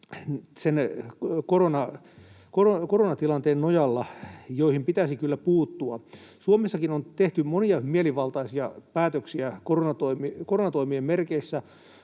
koronatilanteen nojalla, joihin pitäisi kyllä puuttua. Suomessakin on tehty monia mielivaltaisia päätöksiä koronatoimien merkeissä,